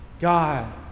God